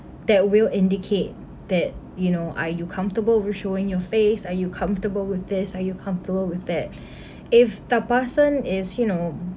that will indicate that you know are you comfortable with showing your face are you comfortable with this are you comfortable with that if the person is you know